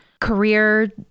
career